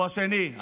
הוא השני.